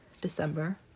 December